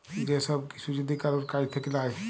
যে সব কিসু যদি কারুর কাজ থাক্যে লায়